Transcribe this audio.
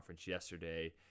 yesterday